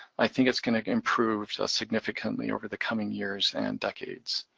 i think it's gonna improve significantly over the coming years and decades.